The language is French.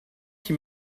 qui